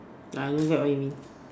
I don't get what you mean